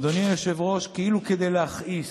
אדוני היושב-ראש, כאילו כדי להכעיס,